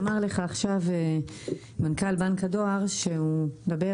אמר לך עכשיו מנכ"ל בנק הדואר שהוא מדבר